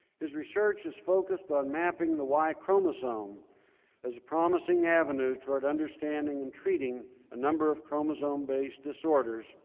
his research is focused on mapping the y chromosome as a promising avenue toward understanding and treating a number of chromosome-based disorders,